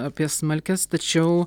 apie smalkes tačiau